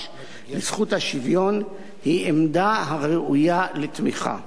לזכות השוויון היא עמדה הראויה לתמיכה.